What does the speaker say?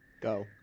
Go